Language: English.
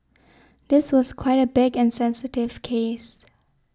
this was quite a big and sensitive case